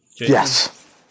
yes